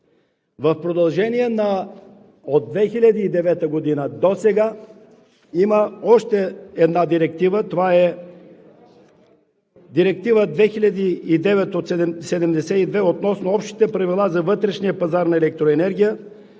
В продължение – от 2009 г. досега, има още една Директива. Това е Директива 2009/72 относно общите правила за вътрешния пазар на електроенергия,